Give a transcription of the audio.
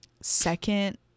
second